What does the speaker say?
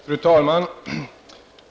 Fru talman!